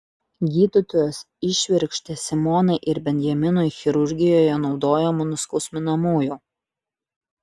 gydytojas įšvirkštė simonai ir benjaminui chirurgijoje naudojamų nuskausminamųjų